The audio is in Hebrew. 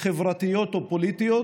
חברתיות ופוליטיות